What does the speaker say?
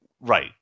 Right